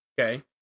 okay